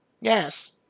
Yes